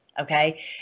Okay